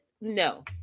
No